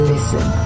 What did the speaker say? Listen